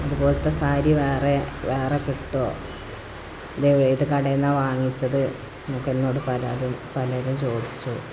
അതുപോലെത്തെ സാരി വേറെ വേറെ കിട്ടുമോ ഇത് ഏത് കടയില്നിന്നാണ് വാങ്ങിച്ചത് എന്നൊക്കെ എന്നോട് പലരും പലരും ചോദിച്ചു